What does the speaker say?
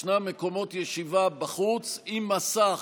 ישנם מקומות ישיבה בחוץ עם מסך,